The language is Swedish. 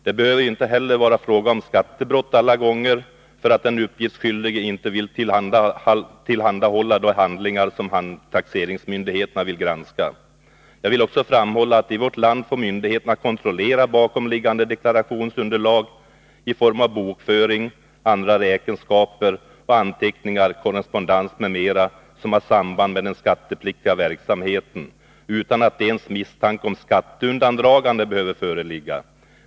Det behöver inte heller alla gånger vara fråga om skattebrott, för att den uppgiftsskyldige inte vill tillhandahålla de handlingar som taxeringsmyndigheten vill granska. Jag vill också framhålla att i vårt land får myndigheterna kontrollera bakomliggande deklarationsunderlag i form av bokföring och andra räkenskaper, anteckningar, korrespondens m.m. som har samband med den skattepliktiga verksamheten, utan att ens misstanke om skatteundandragande behöver föreligga.